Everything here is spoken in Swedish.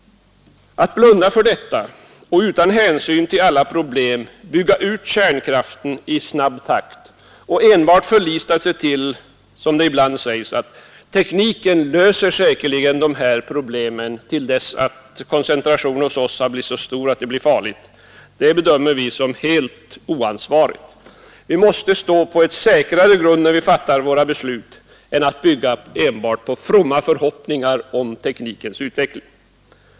Att blunda för detta och utan hänsyn till alla problem bygga ut kärnkraften i snabb takt och enbart förlita sig till, som det ibland sägs, att tekniken säkerligen löser problemen innan någon större koncentration av dessa ämnen uppstått, är helt oansvarigt. Vi måste stå på fastare grund när vi fattar våra beslut och ej bygga bara på fromma förhoppningar om teknikens utveckling.